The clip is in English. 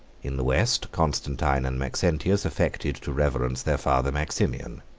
in the west, constantine and maxentius affected to reverence their father maximian.